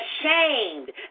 ashamed